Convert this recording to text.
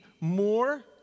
more